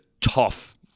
tough